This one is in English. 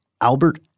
Albert